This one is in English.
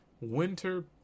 Winter